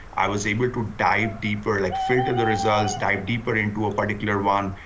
i was able to dive deeper like filter the results, dive deeper into a particular one,